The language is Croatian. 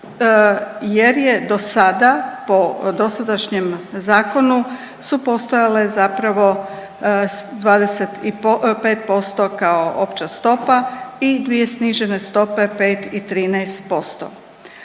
jer je do sada po dosadašnjem zakonu su postojale zapravo 25% kao opća stopa i dvije snižene stope 5 i 13%.